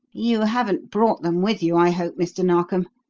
you haven't brought them with you, i hope, mr. narkom?